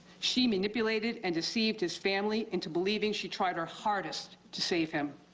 she manipulated and deceived his family into believing she tried her hardest to save him.